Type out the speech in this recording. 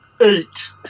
Eight